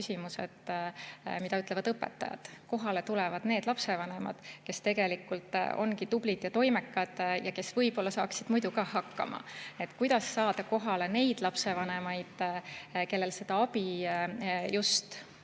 küsimus, mida ütlevad õpetajad: kohale tulevad need lapsevanemad, kes tegelikult ongi tublid ja toimekad ja kes võib-olla saaksid muidu ka hakkama. Kuidas saada kohale neid lapsevanemaid, kellel seda abi just